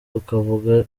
ukavuga